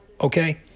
Okay